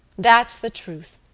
that's the truth.